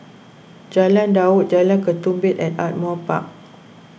Jalan Daud Jalan Ketumbit and Ardmore Park